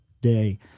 day